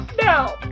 Now